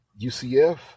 UCF